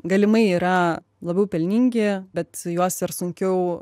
galimai yra labiau pelningi bet juos ir sunkiau